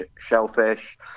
shellfish